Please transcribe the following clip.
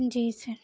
جی سر